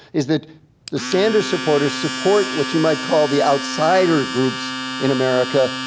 is that the sanders supporters support what you might call the outsider groups in america,